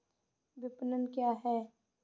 विपणन क्या है?